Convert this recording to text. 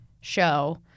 show